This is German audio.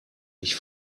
ich